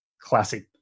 Classic